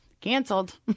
Canceled